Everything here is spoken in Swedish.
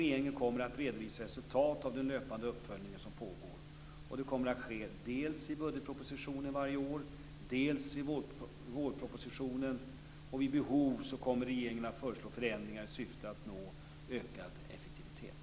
Regeringen kommer att redovisa resultatet av den löpande uppföljningen som pågår. Det kommer att ske dels i budgetpropositionen varje år, dels i vårpropositionen. Vid behov kommer regeringen att föreslå förändringar i syfte att nå ökad effektivitet.